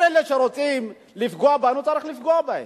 כל אלה שרוצים לפגוע בנו, צריך לפגוע בהם.